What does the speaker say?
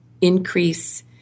increase